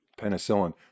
penicillin